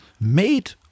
made